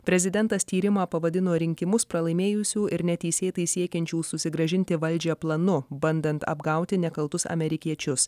prezidentas tyrimą pavadino rinkimus pralaimėjusių ir neteisėtai siekiančių susigrąžinti valdžią planu bandant apgauti nekaltus amerikiečius